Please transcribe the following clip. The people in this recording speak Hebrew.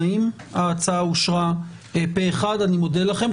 ההצעה אושרה פה אחד, אני מודה לכם.